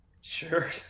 Sure